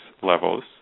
levels